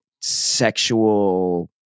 sexual